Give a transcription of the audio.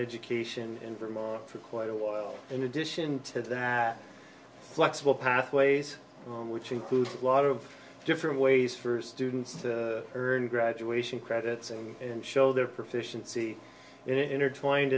education in vermont for quite a while in addition to that flexible pathways which includes a lot of different ways for students to earn graduation credits and show their proficiency in intertwined